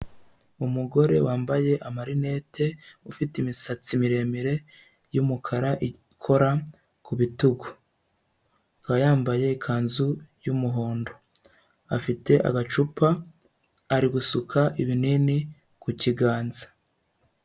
Umugore wambaye amarinete, ufite imisatsi miremire y'umukara ikora ku bitugu, akaba yambaye ikanzu y'umuhondo, afite agacupa ari gusuka ibinini ku kiganza.